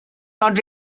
not